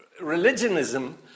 religionism